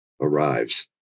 arrives